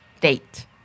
date